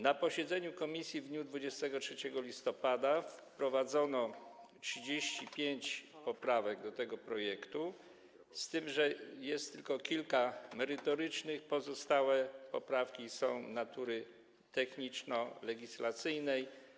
Na posiedzeniu komisji w dniu 23 listopada wprowadzono 35 poprawek do tego projektu, z tym że tylko kilka jest merytorycznych, pozostałe poprawki są natury techniczno-legislacyjnej.